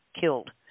killed